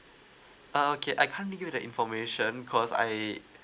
ah okay I can't leave you the information because I